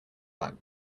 black